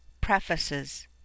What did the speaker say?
prefaces